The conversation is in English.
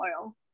oil